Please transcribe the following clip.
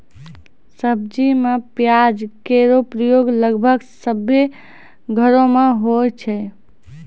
सब्जी में प्याज केरो प्रयोग लगभग सभ्भे घरो म होय छै